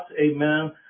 amen